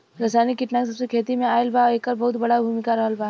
रासायनिक कीटनाशक जबसे खेती में आईल बा येकर बहुत बड़ा भूमिका रहलबा